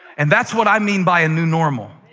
and that's what i mean by a new normal.